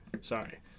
sorry